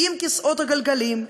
עם כיסאות הגלגלים,